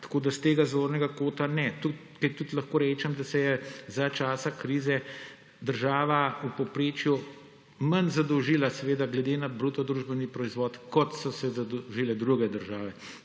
Tako da s tega zornega kota ne, ker tudi lahko rečem, da se je za časa krize država v povprečju manj zadolžila, seveda glede na bruto družbeni proizvod, kot so se zadolžile druge države.